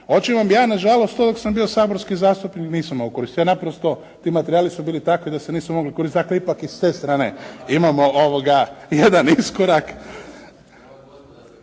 ali ja na žalost to dok sam bio saborski zastupnik nisam mogao koristiti. Naprosto ti materijali su bili takvi da se nisu mogli koristiti, dakle ipak i s te strane imamo jedan iskorak.